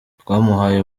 twamuhaye